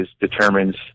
determines